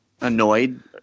annoyed